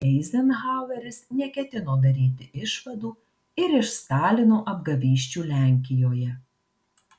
eizenhaueris neketino daryti išvadų ir iš stalino apgavysčių lenkijoje